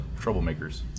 troublemakers